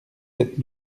sept